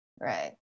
Right